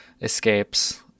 escapes